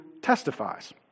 testifies